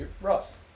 Russ